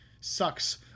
sucks